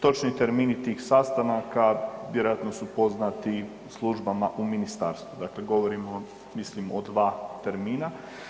Točni termini tih sastanaka vjerojatno su poznati službama u ministarstvu, dakle govorimo mislim o 2 termina.